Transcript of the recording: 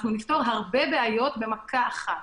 נפתור הרבה בעיות במכה אחת.